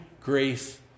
grace